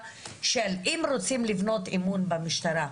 אבל אני רוצה להתייחס לעובדה שאם רוצים לבנות אמון במשטרה,